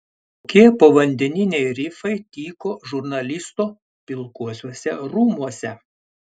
kokie povandeniniai rifai tyko žurnalisto pilkuosiuose rūmuose